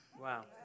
Wow